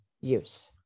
use